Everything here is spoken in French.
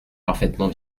parfaitement